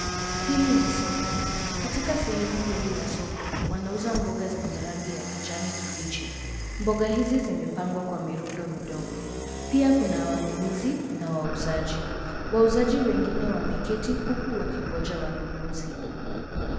Hili ni soko. Katika sehemu hili la soko, wanauza mboga zenye rangi ya kijani kibichi. Mboga hizi zimepangwa kwa mirundo midogo, pia kuna wanunuzi na wauzaji. Wauzaji wengine wameketi huku wakingoja wanunuzi.